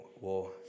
War